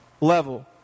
level